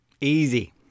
Easy